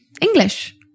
English